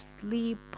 sleep